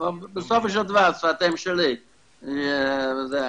בסופו של דבר שפת האם שלי זה אנגלית.